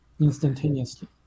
instantaneously